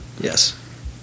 Yes